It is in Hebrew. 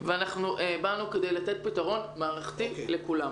03:00 בבוקר ובאנו כדי לתת פתרון מערכתי לכולם.